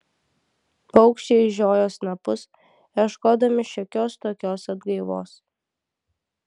paukščiai žiojo snapus ieškodami šiokios tokios atgaivos